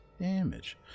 damage